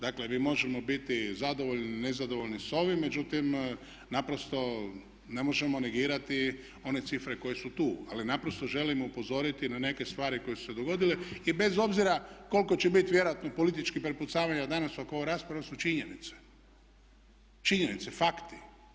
Dakle mi možemo biti zadovoljni, nezadovoljni s ovim, međutim naprosto ne možemo negirati one cifre koje su tu, ali naprosto želimo upozoriti na neke stvari koje su se dogodile i bez obzira koliko će biti vjerojatno političkih prepucavanja danas oko ove rasprave ovo su činjenice, činjenice, fakti.